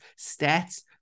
stats